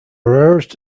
rarest